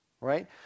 Right